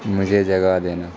مجھے جگا دینا